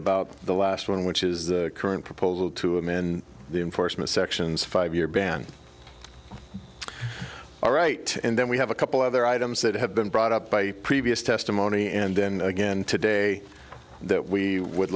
about the last one which is the current proposal to him in the enforcement sections five year ban all right and then we have a couple other items that have been brought up by previous testimony and then again today that we would